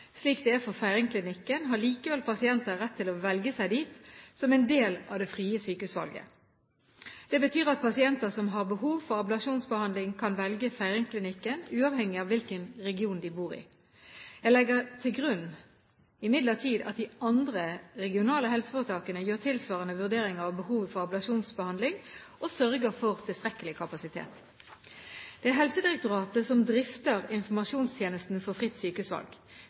slik det er for Feiringklinikken, har likevel pasienter rett til å velge seg dit som del av det frie sykehusvalget. Det betyr at pasienter som har behov for ablasjonsbehandling, kan velge Feiringklinikken, uavhengig av hvilken region de bor i. Jeg legger imidlertid til grunn at de andre regionale helseforetakene gjør tilsvarende vurdering av behovet for ablasjonsbehandling og sørger for tilstrekkelig kapasitet. Det er Helsedirektoratet som drifter informasjonstjenesten Fritt sykehusvalg.